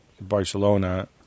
Barcelona